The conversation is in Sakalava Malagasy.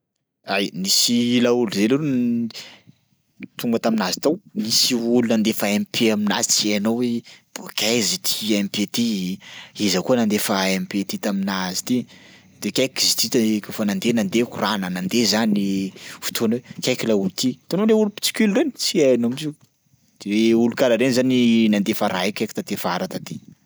Ay, nisy laolo zay leroa n- tonga taminazy tao, nisy olo nandefa MP aminazy tsy hainao hoe bôkaiza ity MP ty? Iza koa nandefa MP ty taminazy ty? De kaiky izy ty to he kaofa nandeha nandeha korana nandeha zany fotona io, kaiky laolo ty hitanao le olo mpitsikilo reny tsy hainao mihitsy de olo karaha reny zany nandefa raha i kaiky taty afara taty.